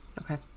Okay